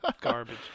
garbage